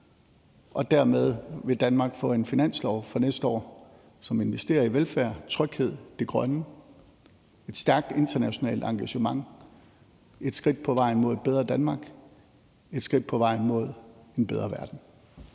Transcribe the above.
Dermed vil Danmark få en finanslov for næste år, som investerer i velfærd, tryghed, det grønne, et stærkt internationalt engagement, et skridt på vejen mod et bedre Danmark, et skridt på vejen mod en bedre verden.